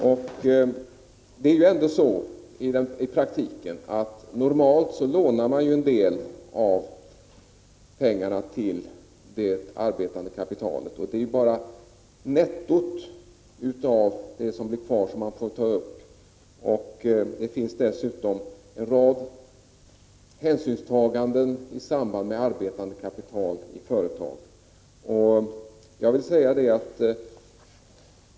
I praktiken förhåller det sig så att man normalt lånar en del av pengarna till det arbetande kapitalet. Det är bara nettot, det som blir kvar, som man får ta upp. Det finns dessutom en rad hänsynstaganden i fråga om beskattning av arbetande kapital i företag.